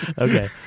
Okay